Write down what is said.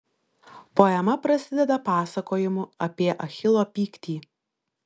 poema prasideda pasakojimu apie achilo pyktį